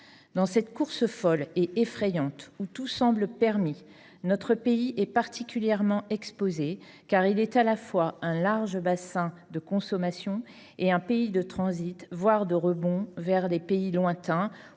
Dans cette course folle et effrayante où tout semble permis, notre pays est particulièrement exposé car il est à la fois un large bassin de consommation et un pays de transit, voire de rebond, vers des pays lointains